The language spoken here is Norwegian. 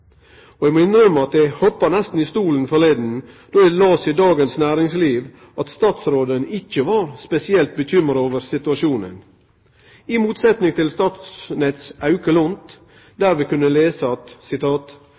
Eg må innrømme at eg hoppa nesten i stolen nyleg då eg las i Dagens Næringsliv at statsråden ikkje var spesielt bekymra over situasjonen i motsetning til Statnetts Auke Lont. Vi har kunna lese at